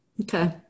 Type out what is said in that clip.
Okay